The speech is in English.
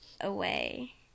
away